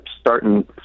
starting